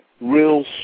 real